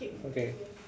okay